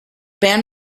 band